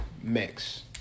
mix